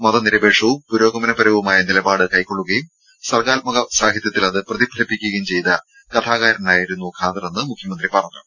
മതനിരപേക്ഷവും പുരോഗമനപരവുമായ നിലപാട് കൈക്കൊള്ളുകയും സർഗ്ഗാത്മക സാഹിത്യത്തിൽ അത് പ്രതിഫലിപ്പിക്കുകയും ചെയ്ത കഥാകാരനായിരുന്നു ഖാദറെന്ന് അദ്ദേഹം പറഞ്ഞു